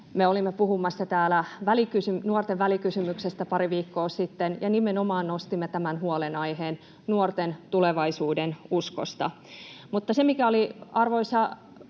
olimme puhumassa täällä nuorten välikysymyksestä pari viikkoa sitten ja nostimme nimenomaan tämän huolenaiheen nuorten tulevaisuudenuskosta. Se oli, arvoisa